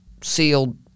sealed